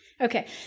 okay